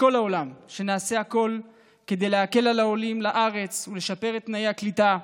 מכל העולם: נעשה הכול כדי להקל על העולים לארץ ולשפר את תנאי הקליטה,